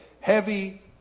Heavy